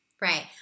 right